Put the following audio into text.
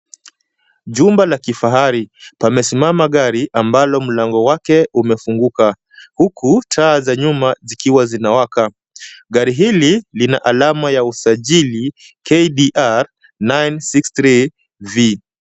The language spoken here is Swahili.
Jumba la kifahari pamesimama gari ambalo mlango wake umefunguka huku taa za nyuma zikiwa zinawaka. Gari hili lina alama ya usajili KDR 963V.